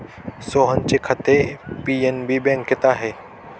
सोहनचे खाते पी.एन.बी बँकेत आहे